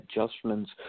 adjustments